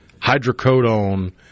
hydrocodone